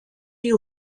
die